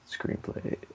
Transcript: screenplay